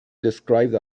described